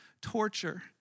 torture